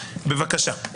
בבקשה.